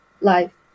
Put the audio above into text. life